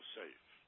safe